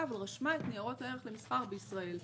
ורשמה את ניירות הערך למסחר בישראל.